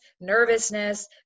nervousness